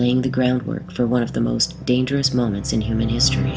laying the groundwork for one of the most dangerous moments in human history